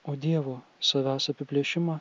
o dievo savęs apiplėšimą